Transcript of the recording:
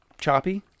choppy